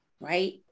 right